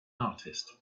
artist